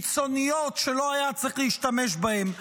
קיצוניות שהוא לא היה צריך להשתמש בהן.